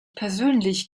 persönlich